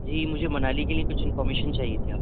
جی مجھے منالی کے لئے کچھ اِنفارمیشن چاہئے تھی آپ